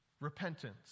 repentance